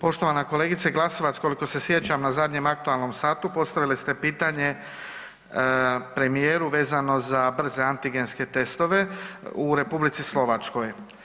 Poštovana kolegice Glasovac, koliko se sjećam na zadnjem aktualnom satu postavili ste pitanje premijeru vezano za brze antigenske testove u Republici Slovačkoj.